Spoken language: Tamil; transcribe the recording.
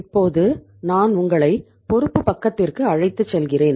இப்போது நான் உங்களை பொறுப்பு பக்கத்திற்கு அழைத்துச் செல்கிறேன்